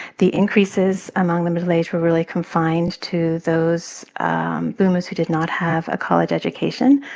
the increases among the middle-aged were really confined to those and boomers who did not have a college education.